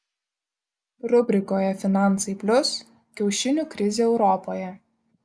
rubrikoje finansai plius kiaušinių krizė europoje